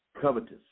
covetous